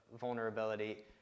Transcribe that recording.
vulnerability